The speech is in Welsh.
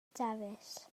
dafis